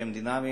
שהם דינמיים,